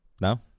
No